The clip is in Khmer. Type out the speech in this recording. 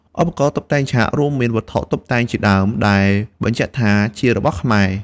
ឧបករណ៍តុបតែងឆាក រួមមានវត្ថុតុបតែងជាដើមដែលបញ្ជាក់ថាជារបស់ខ្មែរ។